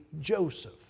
Joseph